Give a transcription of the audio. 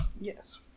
Yes